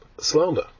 slander